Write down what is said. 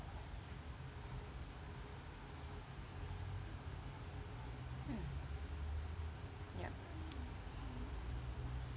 mm yup